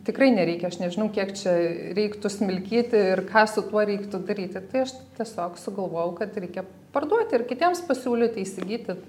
tikrai nereikia aš nežinau kiek čia reiktų smilkyti ir ką su tuo reiktų daryti tai aš tiesiog sugalvojau kad reikia parduoti ir kitiems pasiūlyti įsigyti